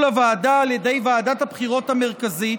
לוועדה על ידי ועדת הבחירות המרכזית